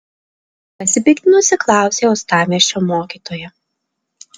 pasipiktinusi klausė uostamiesčio mokytoja